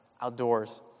outdoors